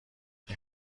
این